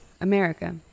America